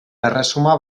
erresuma